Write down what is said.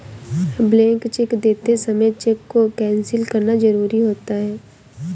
blank cheque देते समय cheque को कैंसिल करना जरुरी होता है